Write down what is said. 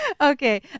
Okay